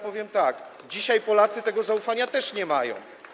Powiem tak: dzisiaj Polacy tego zaufania też nie mają.